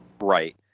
right